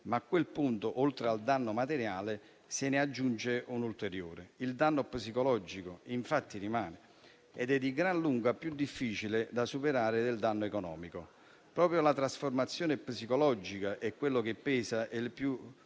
ma a quel punto, oltre al danno materiale, se ne aggiunge uno ulteriore: il danno psicologico infatti rimane, ed è di gran lunga più difficile da superare del danno economico. Proprio la trasformazione psicologica è quello che pesa di più